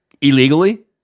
illegally